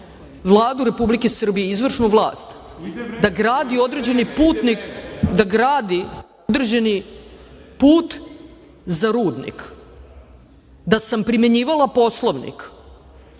Vladu Republike Srbije, izvršnu vlast da gradi određeni put za rudnik. Da sam primenjivala Poslovnik,